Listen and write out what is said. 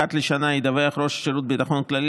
אחת לשנה ידווח ראש שירות הביטחון הכללי